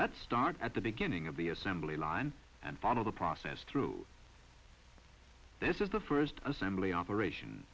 let's start at the beginning of the assembly line and follow the process through this is the first assembly operation